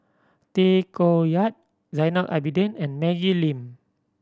Tay Koh Yat Zainal Abidin and Maggie Lim